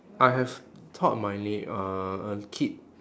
I have taught my neigh~ uh a kid